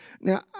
Now